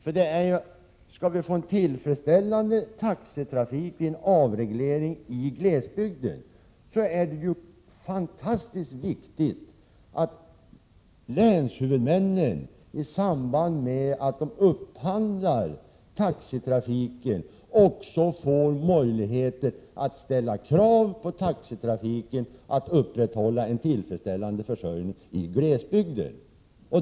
Om vi skall få en tillfredsställande taxetrafik och en avreglering i glesbygden är det mycket viktigt att länshuvudmännen, i samband med att de upphandlar taxitrafiken, också får möjligheter att ställa krav på taxitrafiken att upprätthålla en tillfredsställande trafikförsörjning i glesbygden.